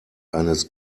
eines